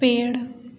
पेड़